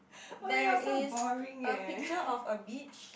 there is a picture of a beach